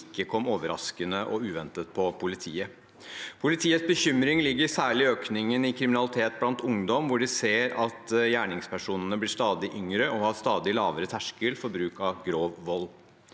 ikke kom overraskende og uventet på politiet. Politiets bekymring ligger særlig på økningen i kriminalitet blant ungdom, hvor de ser at gjerningspersonene blir stadig yngre og har stadig lavere terskel for bruk av grov vold.